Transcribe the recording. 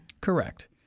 Correct